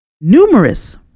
numerous